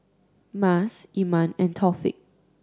Mas Iman and Taufik